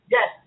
Yes